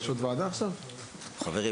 אני